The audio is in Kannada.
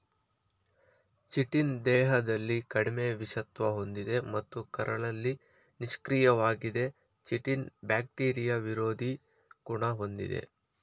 ಚಿಟಿನ್ ದೇಹದಲ್ಲಿ ಕಡಿಮೆ ವಿಷತ್ವ ಹೊಂದಿದೆ ಮತ್ತು ಕರುಳಲ್ಲಿ ನಿಷ್ಕ್ರಿಯವಾಗಿದೆ ಚಿಟಿನ್ ಬ್ಯಾಕ್ಟೀರಿಯಾ ವಿರೋಧಿ ಗುಣ ಹೊಂದಿದೆ